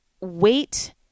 wait